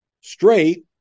straight